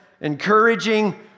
encouraging